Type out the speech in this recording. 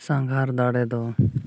ᱥᱟᱸᱜᱷᱟᱨ ᱫᱟᱲᱮ ᱫᱚ